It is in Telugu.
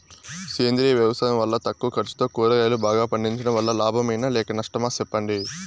సేంద్రియ వ్యవసాయం వల్ల తక్కువ ఖర్చుతో కూరగాయలు బాగా పండించడం వల్ల లాభమేనా లేక నష్టమా సెప్పండి